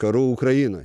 karu ukrainoj